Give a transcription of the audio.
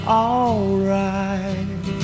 alright